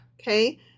Okay